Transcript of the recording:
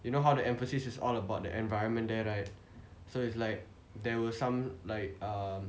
you know how the emphasis is all about the environment there right so it's like there were some like um